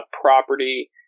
property